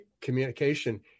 communication